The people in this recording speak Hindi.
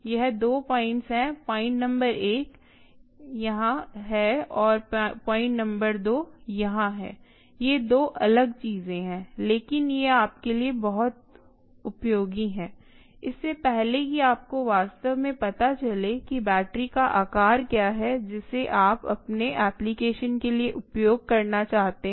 यह दो पॉइंट्स है पॉइंट् नंबर एक यहां है और प्वाइंट नंबर दो यहां है ये दो अलग चीजें हैं लेकिन ये आपके लिए बहुत उपयोगी हैं इससे पहले कि आपको वास्तव में पता चले कि बैटरी का आकार क्या है जिसे आप अपने एप्लीकेशन के लिए उपयोग करना चाहते हैं